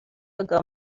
ago